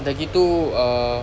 dah gitu uh